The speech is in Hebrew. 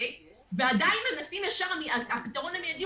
ועדיין מנסים אומרים שהפתרון המידי